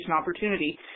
opportunity